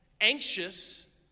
anxious